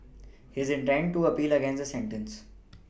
he intends to appeal against the sentence